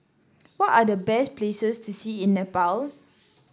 what are the best places to see in Nepal